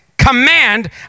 Command